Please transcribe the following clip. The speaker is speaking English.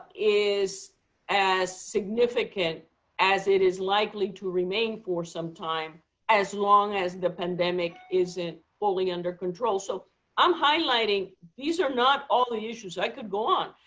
is as significant as it is likely to remain for some time as long as the pandemic isn't fully under control? so i'm highlighting. these are not all the issues. i could go on.